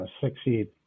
succeed